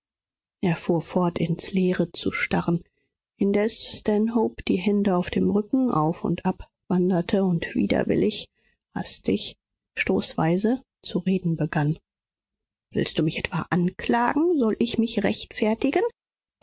er fuhr fort ins leere zu starren indes stanhope die hände auf dem rücken auf und ab wanderte und widerwillig hastig stoßweise zu reden begann willst du mich etwa anklagen soll ich mich rechtfertigen